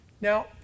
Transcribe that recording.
Now